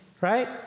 Right